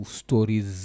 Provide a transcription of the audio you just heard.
stories